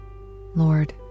Lord